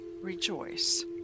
rejoice